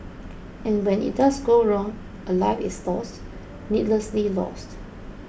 and when it does go wrong a life is lost needlessly lost